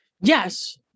Yes